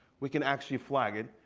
we can actually flag it.